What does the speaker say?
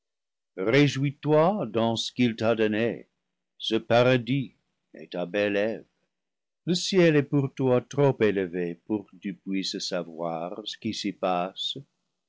toi dans ce qu'il t'a donné ce paradis et ta belle eve le ciel est pour toi trop élevé pour que tu puisses savoir ce qui s'y passe